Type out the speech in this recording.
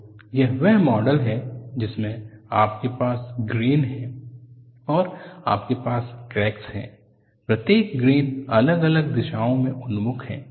तो यह वह मॉडल है जिसमें आपके पास ग्रेन है और आपके पास क्रैक्स हैं प्रत्येक ग्रेन अलग अलग दिशाओं में उन्मुख हैं